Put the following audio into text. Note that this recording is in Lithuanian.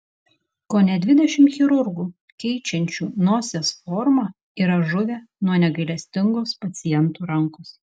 kone dvidešimt chirurgų keičiančių nosies formą yra žuvę nuo negailestingos pacientų rankos